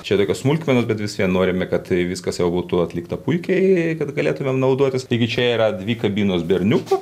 čia tokios smulkmenos bet vis vien norime kad tai viskas jau būtų atlikta puikiai kad galėtumėm naudotis taigi čia yra dvi kabinos berniukų